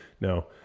Now